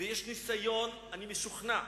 ויש ניסיון, אני משוכנע,